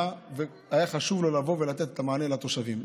והיה חשוב לו לבוא ולתת את המענה לתושבים.